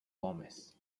gómez